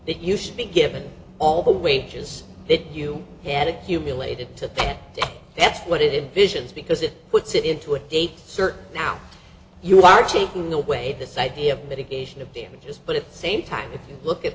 that you should be given all the wages that you had accumulated to think that's what it visions because it puts it into a date certain now you are taking away this idea of mitigation of damages but at the same time if you look at